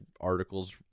articles